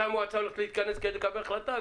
מתי המועצה הולכת להתכנס כדי לקבל החלטה?